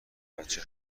بچه